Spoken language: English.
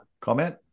comment